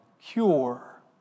cure